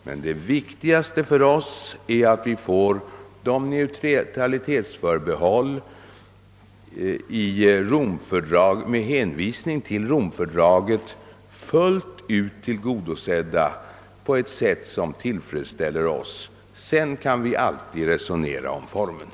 Men det viktigaste för oss är att vi får neutralitetsförbehållen — med hänvisning till Romfördraget — tillgodosedda på ett sätt som fullt ut tillfredsställer oss. Sedan kan vi alltid resonera om formerna.